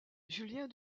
julien